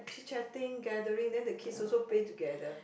chit chatting gathering then the kids also play together